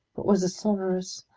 it was a sonorous,